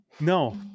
No